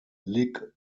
lig